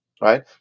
right